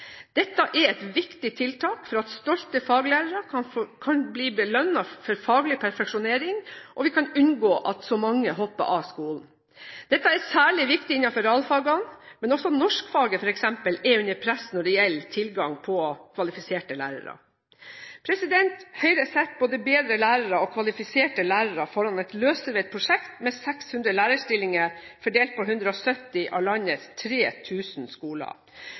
Dette er et viktig tiltak for at stolte faglærere kan bli belønnet for faglig perfeksjonering, og vi kan unngå at så mange hopper av skolen. Dette er særlig viktig innenfor realfagene, men f.eks. norskfaget er også under press når det gjelder tilgang på kvalifiserte lærere. Høyre setter både bedre lærere og kvalifiserte lærere foran et løsrevet prosjekt med 600 lærerstillinger fordelt på 170 av landets 3 000 skoler.